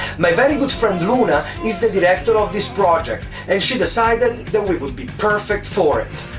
my very good friend luna is the director of this project and she decided that we would be perfect for it.